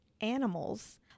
animals